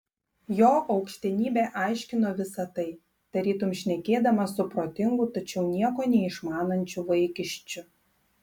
jo aukštenybė aiškino visa tai tarytum šnekėdamas su protingu tačiau nieko neišmanančiu vaikiščiu